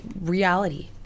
reality